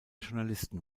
journalisten